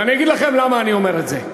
ואני אגיד לכם למה אני אומר את זה,